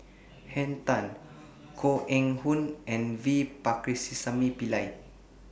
Henn Tan Koh Eng Hoon and V Pakirisamy Pillai